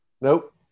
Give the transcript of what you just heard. Nope